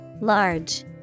Large